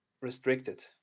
restricted